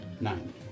nine